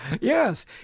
Yes